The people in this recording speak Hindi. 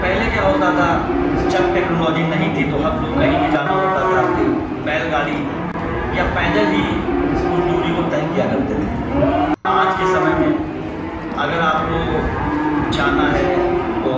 पहले क्या होता था जब टेक्नोलोजी नहीं थी तो हम लोग कहीं भी जाना होता था कि बैलगाड़ी या पैदल ही उस दूरी को तय किया करते थे आज के समय में अगर आपको जाना है तो